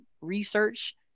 research